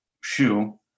shoe